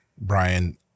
Brian